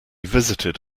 visited